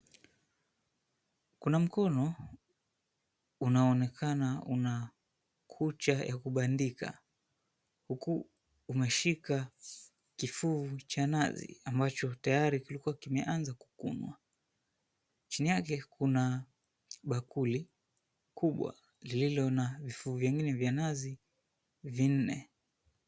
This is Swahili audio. Kuna mkono unaoonekana una kucha ya kubandika, huku umeshika kifuu cha nazi ambacho tayari kilikuwa kimeanza kukunwa. Chini yake kuna bakuli kubwa lililo na vifuu vingine vya nazi vinne.